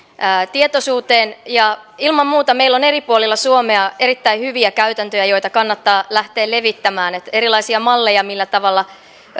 tietoisuuteen ilman muuta meillä on eri puolilla suomea erittäin hyviä käytäntöjä joita kannattaa lähteä levittämään erilaisia malleja millä tavalla